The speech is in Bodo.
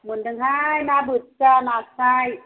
मोनदोंहाय ना बोथिया नास्राय